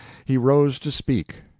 he rose to speak.